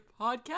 podcast